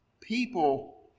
People